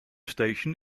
station